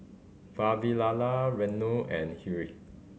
Vavilala Renu and Hiri